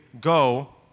go